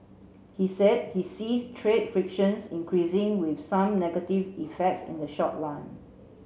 he said he sees trade frictions increasing with some negative effects in the short run